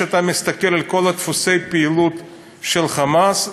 כשאתה מסתכל על כל דפוסי הפעילות של "חמאס",